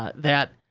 ah that